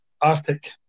Arctic